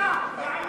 אתה והעמיתים שלך.